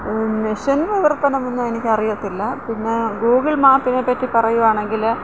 machine പ്രവർത്തനമൊന്നും എനിക്കറിയത്തില്ല പിന്നെ ഗൂഗിൾ മാപ്പിനെ പറ്റി പറയുവാണെങ്കില്